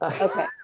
Okay